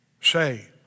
say